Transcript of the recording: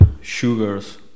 Sugars